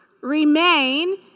remain